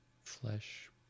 flesh